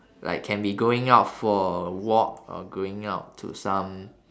like can be going out for walk or going out to some